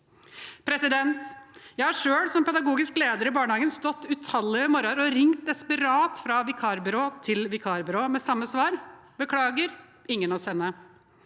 barnehagen. Jeg har selv, som pedagogisk leder i barnehagen, stått utallige morgener og ringt desperat fra vikarbyrå til vikarbyrå med samme svar: beklager, ingen å sende.